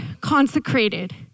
consecrated